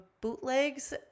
bootlegs